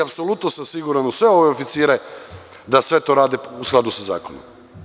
Apsolutno sam siguran u sve ove oficire da sve to rade u skladu sa zakonom.